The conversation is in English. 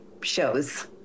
shows